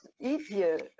easier